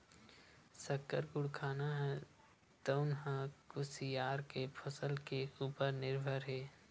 सक्कर, गुड़ कारखाना हे तउन ह कुसियार के फसल के उपर निरभर हे